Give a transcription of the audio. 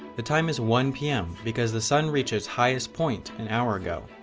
the time is one pm, because the sun reached it's highest point an hour ago.